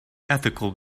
ethical